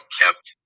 kept